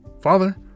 Father